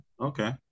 Okay